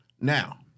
Now